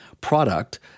product